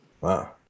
Wow